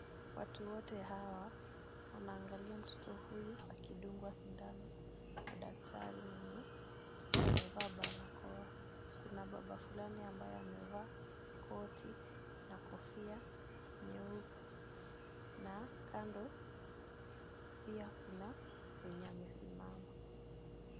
Watu wote hawa, wanaangalia mtoto huyu akidungwa sindano, na daktari mwenye, amevaa barakoa. Kuna baba fulani ambaye amevaa koti na kofia, nyeupe. Na kando pia kuna mwenye amesimama.